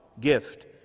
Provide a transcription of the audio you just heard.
gift